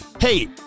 Hey